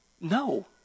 No